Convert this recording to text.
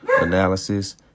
analysis